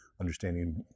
understanding